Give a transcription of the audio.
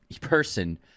person